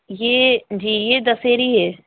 یہ جی یہ دسہری ہے